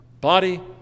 body